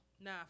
Nah